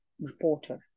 reporter